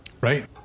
Right